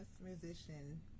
musician